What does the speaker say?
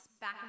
back